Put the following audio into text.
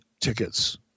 tickets